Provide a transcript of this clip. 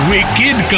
Wicked